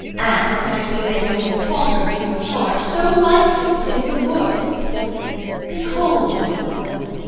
and, might we lay the old proverb to your charge, so like you tis the worse behold, my lords,